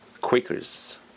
Quakers